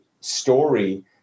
story